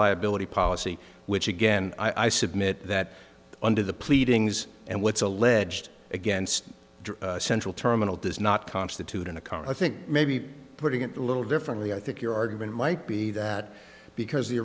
liability policy which again i submit that under the pleadings and what's alleged against the central terminal does not constitute in a car i think maybe putting it a little differently i think your argument might be that because the